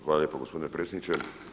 Hvala lijepo gospodine predsjedniče.